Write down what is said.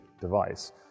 device